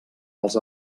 els